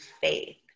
faith